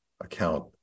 Account